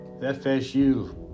FSU